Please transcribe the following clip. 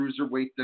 cruiserweight